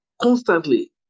constantly